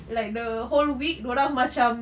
like the whole week dorang macam